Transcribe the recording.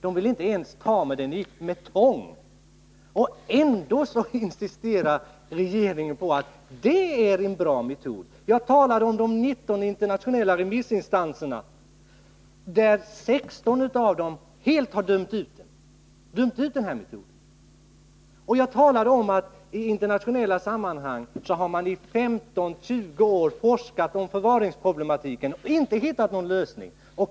De vill inte ens ta i den med tång. Ändå insisterar regeringen på att det är en bra metod. Jag talade om de 19 internationella remissinstanserna, varav 16 helt har dömt ut metoden. Vidare talade jag om att man i internationella sammanhang i 15-20 år har forskat om förvaringsproblemen utan att hitta någon lösning.